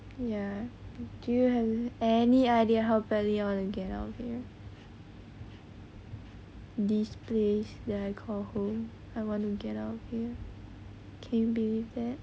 ya do you have any idea how badly I wanna get out of here this place that I call home I wanna get out of here can you believe that